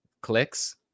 clicks